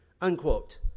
unquote